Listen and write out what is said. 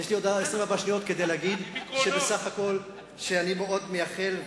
יש לי עוד 24 שניות כדי להגיד שבסך הכול אני מאוד מייחל,